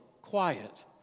quiet